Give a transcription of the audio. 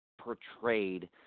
portrayed